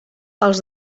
els